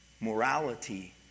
Morality